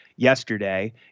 Yesterday